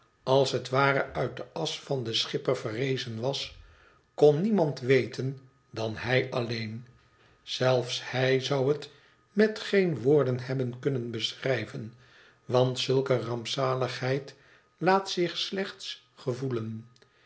sds het ware uit de asch van den schipper verrezen was kon niemand weten dan hij alleen zelfs hij zou het met geen woorden hebben kunnen beschrijven want zulke rampzaligheid laat zich slechts gevoelen